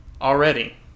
already